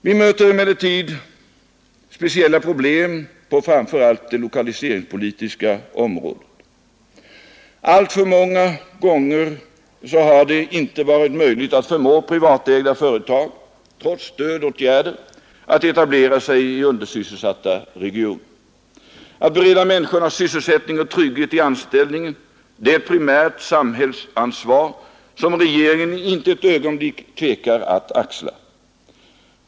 Vi möter emellertid speciella problem, framför allt på det lokaliseringspolitiska området. Alltför många gånger har det, trots stödåtgärder, inte varit möjligt att förmå privatägda företag att etablera sig i undersysselsatta regioner. Att bereda människorna sysselsättning och trygghet i anställningen är ett primärt samhällsansvar som regeringen inte ett ögonblick tvekar att axla.